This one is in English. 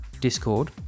Discord